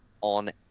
on